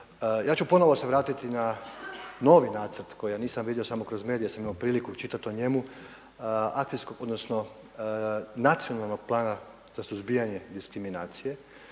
Ja ću ponovno se vratiti na novi nacrt koji ja nisam vidio, samo kroz medije sam imao priliku čitati o njemu, akcijsko, odnosno Nacionalnog plana za suzbijanje diskriminacije